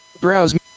browse